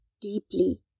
deeply